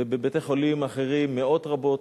ובבתי-חולים אחרים מאות רבות,